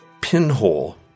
pinhole